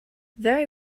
very